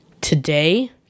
Today